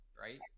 Right